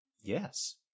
Yes